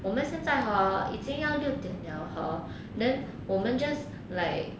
我们现在 hor 已经要六点了 hor then 我们 just like